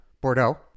Bordeaux